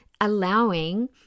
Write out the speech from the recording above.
allowing